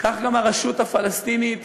כך גם הרשות הפלסטינית